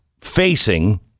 facing